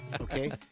okay